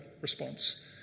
response